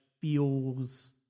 feels